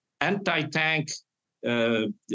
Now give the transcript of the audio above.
anti-tank